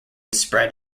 spread